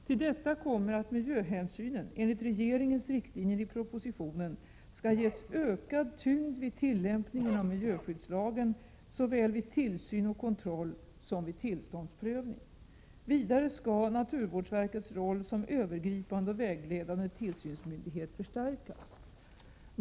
Till detta kommer att miljöhänsynen — enligt regeringens riktlinjer i propositionen — skall ges en ökad tyngd vid tillämpningen av miljöskyddslagen såväl vid tillsyn och kontroll som vid tillståndsprövning. Vidare skall naturvårdsverkets roll som övergripande och vägledande tillsynsmyndighet förstärkas.